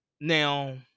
Now